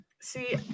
See